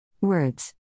Words